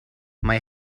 mae